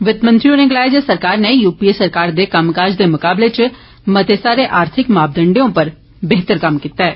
वित मंत्री होरें गलाया जे सरकार नै यूपीए सरकार दे कम्मकाज दे मुकाबले इच मते सारे आर्थिक मापदंडें उप्पर बेहतर कम्म कीता ऐ